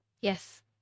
Yes